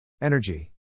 Energy